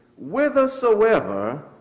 whithersoever